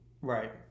Right